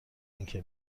اینکه